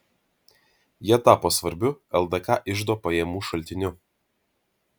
jie tapo svarbiu ldk iždo pajamų šaltiniu